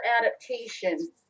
adaptation